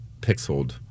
pixeled